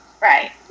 Right